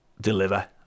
deliver